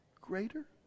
greater